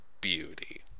beauty